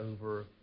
over